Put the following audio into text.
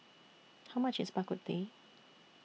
How much IS Bak Kut Teh